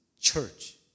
church